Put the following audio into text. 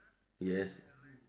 yes